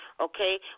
Okay